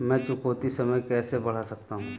मैं चुकौती समय कैसे बढ़ा सकता हूं?